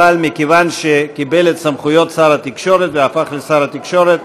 אבל מכיוון שקיבל את סמכויות שר התקשורת והפך לשר התקשורת,